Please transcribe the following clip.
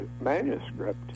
manuscript